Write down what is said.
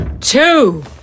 two